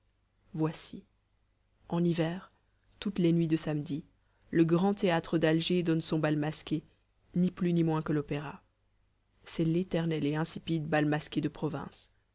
voici en hiver toutes les nuits de samedi le grand théâtre d'alger donne son bal masqué ni plus ni moins que l'opéra c'est l'éternel et insipide bal masqué de province